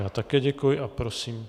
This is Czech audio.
Já také děkuji a prosím...